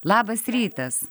labas rytas